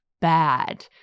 bad